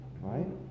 Right